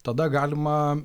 tada galima